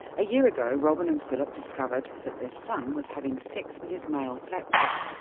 a year ago robyn and phillip discovered that their son was having sex with his male flatmate,